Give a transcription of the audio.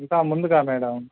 ఇంకా ముందుకా మేడం